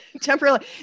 temporarily